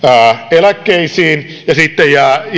eläkkeisiin ja sitten